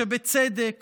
שבצדק